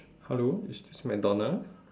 hello is this mcdonald